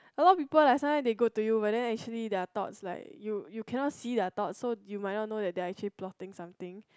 a lot of people like sometimes they go to you but then actually their thought like you you cannot see their thought so you might not know they are actually plotting something